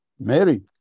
Mary